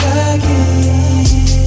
again